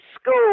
school